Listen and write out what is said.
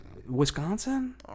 Wisconsin